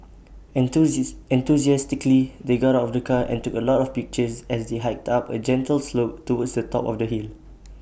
enthusiastically they got out of the car and took A lot of pictures as they hiked up A gentle slope towards the top of the hill